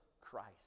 Christ